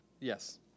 Yes